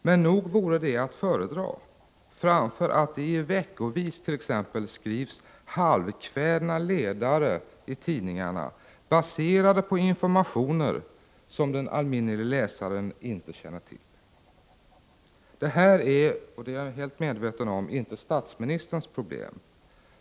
Men nog vore det att föredra framför att det i veckor skrivs halvkvädna ledare i tidningarna baserade på information som den almindelige läsaren inte känner till. Det här är, det är jag helt medveten om, inte statsministerns problem.